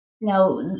Now